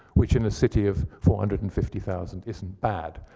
which in a city of four hundred and fifty thousand isn't bad,